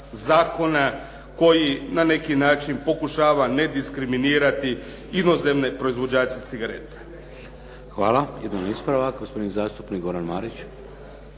zakona koji na neki način pokušava nediskriminirati inozemne proizvođače cigareta. **Šeks, Vladimir (HDZ)** Hvala. Jedan ispravak, gospodin zastupnik Goran Marić.